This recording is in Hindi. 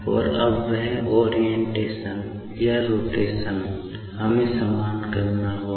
और अब वह ओरिएंटेशन या रोटेशन हमें समान करना होगा